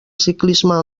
ciclisme